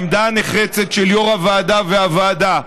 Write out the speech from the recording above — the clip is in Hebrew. העמדה הנחרצת של יו"ר הוועדה ושל הוועדה,